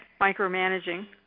micromanaging